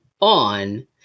on